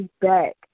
back